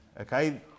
Okay